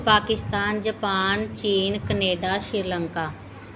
Pakistan Japan ਚੀਨ Canada Sri Lanka